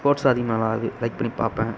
ஸ்போர்ட்ஸ்லாம் அதிகமாக லைக் பண்ணி பார்ப்பேன்